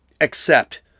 accept